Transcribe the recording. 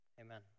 Amen